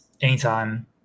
anytime